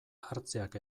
hartzeak